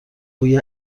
بوی